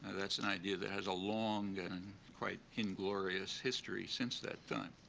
that's an idea that has a long and quite inglorious history since that time.